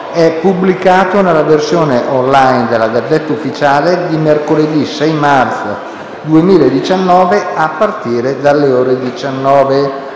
è pubblicato nella versione *on line* della *Gazzetta Ufficiale* di mercoledì 6 marzo 2019, a partire dalle ore 19